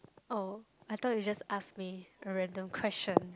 oh I thought you just ask me a random question